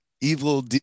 evil